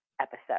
episode